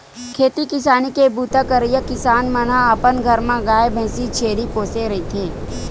खेती किसानी के बूता करइया किसान मन ह अपन घर म गाय, भइसी, छेरी पोसे रहिथे